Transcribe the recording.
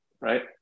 right